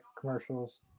commercials